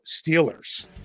Steelers